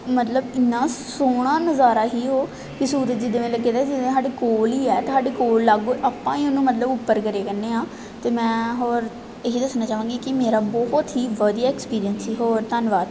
ਮਤਲਬ ਇੰਨਾ ਸੋਹਣਾ ਨਜ਼ਾਰਾ ਸੀ ਉਹ ਕਿ ਸੂਰਜ ਇੱਦਾਂ ਲੱਗਿਆ ਜਿਵੇਂ ਸਾਡੇ ਕੋਲ ਹੀ ਹੈ ਅਤੇ ਸਾਡੇ ਕੋਲ ਲਾਗੋਂ ਆਪਾਂ ਹੀ ਉਹਨੂੰ ਮਤਲਬ ਉੱਪਰ ਕਰਿਆ ਕਰਦੇ ਹਾਂ ਅਤੇ ਮੈਂ ਹੋਰ ਇਹੀ ਦੱਸਣਾ ਚਾਹਾਂਗੀ ਕਿ ਮੇਰਾ ਬਹੁਤ ਹੀ ਵਧੀਆ ਐਕਸਪੀਰਐਂਸ ਸੀ ਹੋਰ ਧੰਨਵਾਦ